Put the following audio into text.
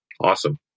Awesome